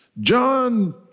John